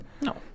no